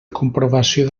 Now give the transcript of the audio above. comprovació